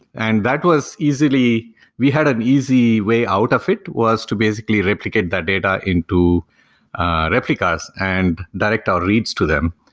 and that was easily we had an easy way out of it was to basically replicate that data into replicas and direct our reads to them.